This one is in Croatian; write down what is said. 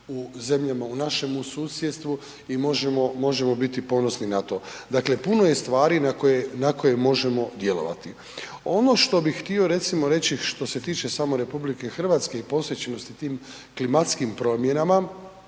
u našemu susjedstvu, i možemo, možemo biti ponosni na to. Dakle, puno je stvari na koje, na koje možemo djelovati. Ono što bih htio recimo reći što se tiče samo Republike Hrvatske i posvećenosti tim klimatskim promjenama,